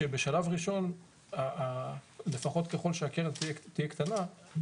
שבשלב ראשון לפחות ככל שהקרן תהיה קטנה,